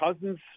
cousins